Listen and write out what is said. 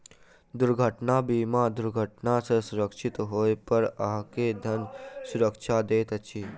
दुर्घटना बीमा दुर्घटना सॅ क्षति होइ पर अहाँ के धन सुरक्षा दैत अछि